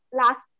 last